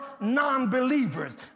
Non-believers